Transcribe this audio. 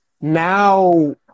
now